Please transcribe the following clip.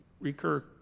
recur